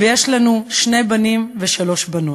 ויש לנו שני בנים ושלוש בנות.